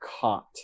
caught